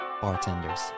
bartenders